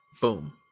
Boom